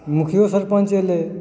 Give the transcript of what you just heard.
मुखियो सरपञ्च एलै